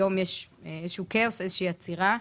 היום יש איזשהו כאוס, איזושהי עצירה.